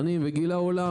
וגילה עולם.